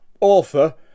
author